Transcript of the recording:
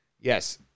yes